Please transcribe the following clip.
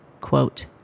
quote